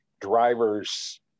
drivers